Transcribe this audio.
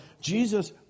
Jesus